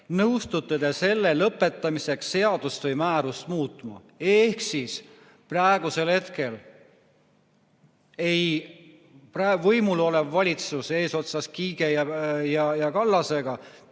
nõustute te selle lõpetamiseks seadust või määrust muutma." Ehk siis praegusel hetkel praegu võimul olev valitsus eesotsas Kiige ja Kallasega